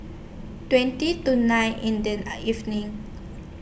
twenty to nine in The evening